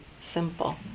simple